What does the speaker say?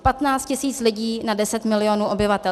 15 tisíc lidí na 10 milionů obyvatel.